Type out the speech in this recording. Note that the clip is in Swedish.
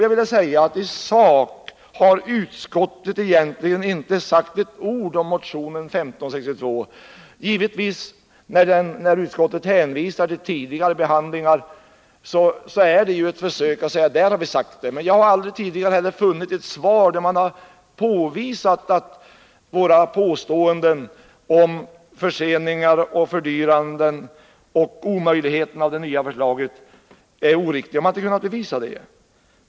I sak har utskottet egentligen inte sagt ett ord om motion 1562. När utskottet hänvisar till tidigare behandlingar är det givetvis ett försök att säga att där har utskottet uttalat sig, men jag har aldrig tidigare heller funnit ett svar där man har påvisat att våra påståenden om förseningar och fördyringar och omöjligheten över huvud taget med det nya förslaget är oriktiga. Man har inte kunnat bevisa det.